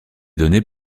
données